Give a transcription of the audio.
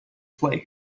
play